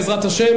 בעזרת השם,